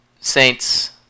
Saints